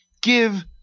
Give